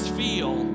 feel